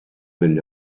degli